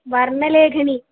वर्णलेखनी